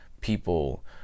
people